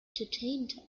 detained